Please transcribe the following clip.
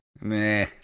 Meh